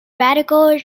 radical